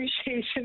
appreciation